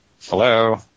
Hello